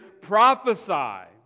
prophesy